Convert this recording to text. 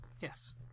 Yes